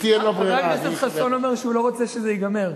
חבר הכנסת חסון אומר שהוא לא רוצה שזה ייגמר.